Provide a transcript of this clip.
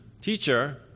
Teacher